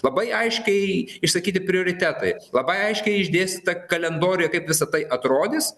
labai aiškiai išsakyti prioritetai labai aiškiai išdėstyta kalendoriuje kaip visa tai atrodys